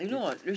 do you